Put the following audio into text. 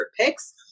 picks